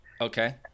Okay